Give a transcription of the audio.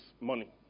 money